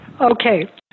Okay